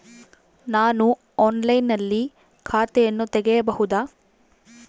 ನಾನು ಆನ್ಲೈನಿನಲ್ಲಿ ಖಾತೆಯನ್ನ ತೆಗೆಯಬಹುದಾ?